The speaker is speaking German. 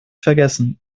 vergessen